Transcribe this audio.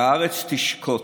והארץ תשקוט,